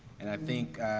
and i think,